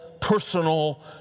personal